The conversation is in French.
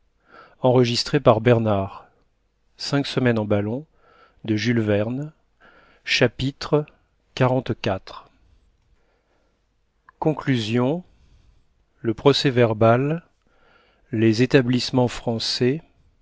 chapitre xliv conclusion le procès-verbal les établissements français